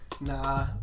Nah